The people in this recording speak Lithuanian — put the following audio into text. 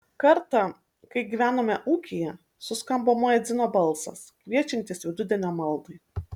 kartą kai gyvenome ūkyje suskambo muedzino balsas kviečiantis vidudienio maldai